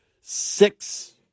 six